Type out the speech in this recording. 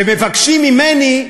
ומבקשים ממני: